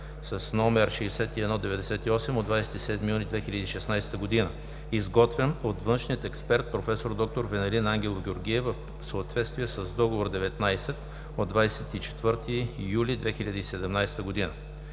с № 400-6198 от 27 юни 2016 г., изготвен от външния експерт проф. д-р Венелин Ангелов Георгиев в съответствие с договор № 19 от 24 юли 2017 г.;